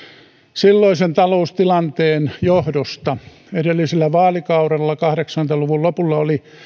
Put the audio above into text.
silloisen taloustilanteen johdosta edellisellä vaalikaudella kahdeksankymmentä luvun lopulla oli